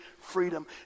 freedom